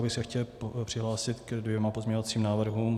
Tímto bych se chtěl přihlásit ke dvěma pozměňovacím návrhům.